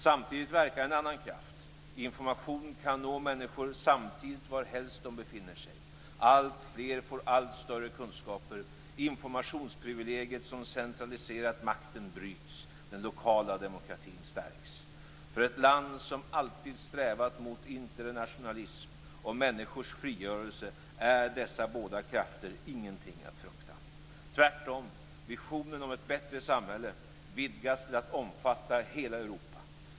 Samtidigt verkar en annan kraft. Information kan nå människor samtidigt varhelst de befinner sig. Alltfler får allt större kunskaper. Informationsprivilegiet som centraliserat makten bryts. Den lokala demokratin stärks. För ett land som alltid strävat mot internationalism och människors frigörelse är dessa båda krafter ingenting att frukta. Tvärtom: Visionen om ett bättre samhälle vidgas till att omfatta hela Europa.